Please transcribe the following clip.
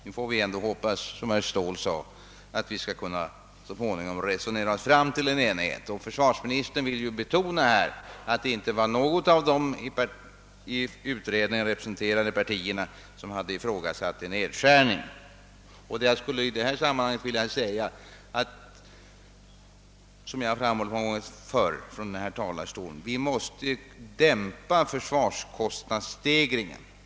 Vi får, som herr Ståhl sade, hoppas att vi så småningom skall kunna resonera oss fram till enighet. Försvarsministern ville ju också betona att det inte var något av de i utredningen representerade partierna som ifrågasatt en nedskärning. Som jag många gånger framhållit från denna talarstol måste vi dämpa försvarskostnadsstegringen.